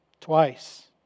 twice